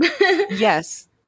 Yes